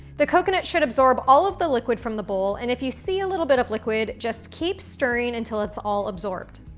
the coconut should absorb all of the liquid from the bowl, and, if you see a little bit of liquid, just keep stirring until it's all absorbed.